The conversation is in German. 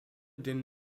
den